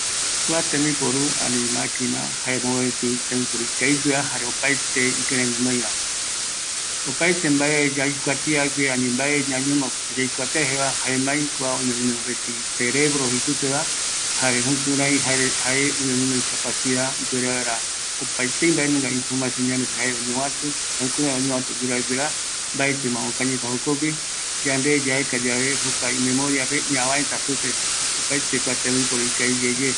﻿Kua tembiporu, ani maquina jae mopeti tembiporu ikavigueva jare opaete ikirei guinoiva apaete mbae yaikuatiague, ani mbae ñañono yaikuatia jeva, jaema kua oime guinoi mopeti cerebro jeisupeva, jare jukurai jare jae oime guinoi capacidad, ipuere vaera opaetei mbaenunga informacion ñame supe jae oñovatu, jukurai oñovatu guira guira, mbaetima okañita jokogui, yande yaekayave imemoriape ñavaeta supe opaete kua tembiporu ikaviyeye